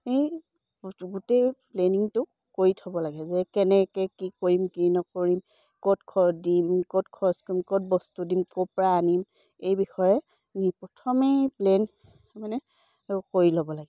এই গোটেই প্লেনিংটো কৰি থ'ব লাগে যে কেনেকে কি কৰিম কি নকৰিম ক'ত দিম ক'ত খৰচ কৰিম ক'ত বস্তু দিম ক'ৰ পৰা আনিম এই বিষয়ে নি প্ৰথমেই প্লেন মানে কৰি ল'ব লাগে